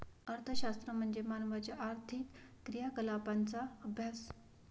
अर्थशास्त्र म्हणजे मानवाच्या आर्थिक क्रियाकलापांचा अभ्यास